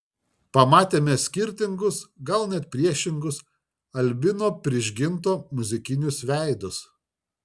pamatėme skirtingus gal net prieštaringus albino prižginto muzikinius veidus